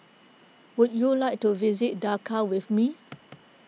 would you like to visit Dakar with me